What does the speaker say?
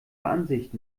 ansicht